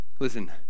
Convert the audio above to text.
Listen